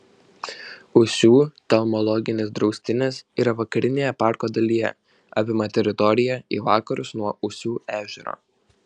ūsių telmologinis draustinis yra vakarinėje parko dalyje apima teritoriją į vakarus nuo ūsių ežero